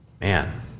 man